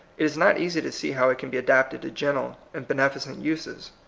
it is not easy to see how it can be adapted to gentle and beneficent uses.